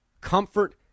comfort